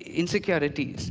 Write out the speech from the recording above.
insecurities